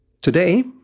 Today